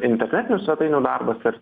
internetinių svetainių darbas ir